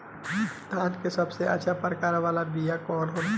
धान के सबसे अच्छा प्रकार वाला बीया कौन होखेला?